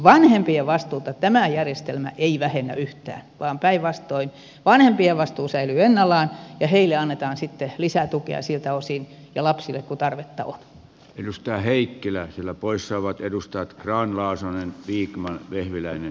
vanhempien vastuuta tämä järjestelmä ei vähennä yhtään vaan päinvastoin vanhempien vastuu säilyy ennallaan ja heille ja lapsille annetaan sitten lisätukea siltä osin ja lapsille tarvittavaa edustaa heikkilä sillä pois saavat edustajat ron kuin tarvetta on